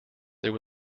there